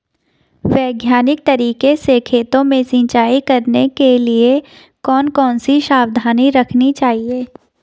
वैज्ञानिक तरीके से खेतों में सिंचाई करने के लिए कौन कौन सी सावधानी रखनी चाहिए?